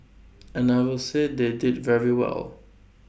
and I will say they did very well